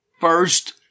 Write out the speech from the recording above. first